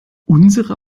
unsere